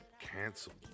canceled